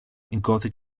gothic